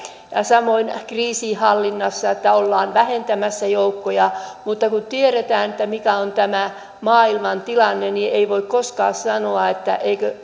työtä samoin kriisinhallinnassa että ollaan vähentämässä joukkoja mutta kun tiedetään mikä on tämä maailman tilanne niin ei voi koskaan sanoa että eikö